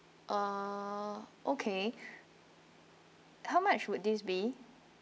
uh okay how much would this be